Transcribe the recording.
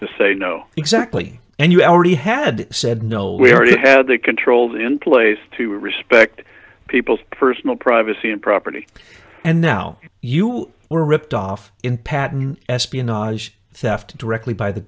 to say no exactly and you already had said no we already had that controlled in place to respect people's personal privacy and property and now you were ripped off in patent espionage theft directly by the